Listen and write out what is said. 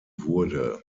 wurde